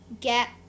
get